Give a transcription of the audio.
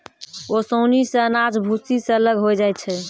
ओसौनी सें अनाज भूसी सें अलग होय जाय छै